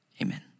amen